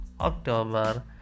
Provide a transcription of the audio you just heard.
October